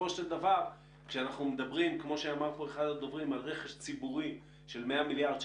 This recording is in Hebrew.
בסופו של דבר כשאנחנו מדברים על רכש ציבורי של 100 מיליארד,